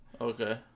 Okay